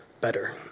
better